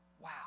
Wow